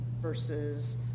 versus